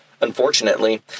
Unfortunately